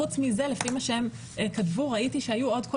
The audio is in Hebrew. חוץ מזה לפי מה שהם כתבו ראיתי שהיו עוד כל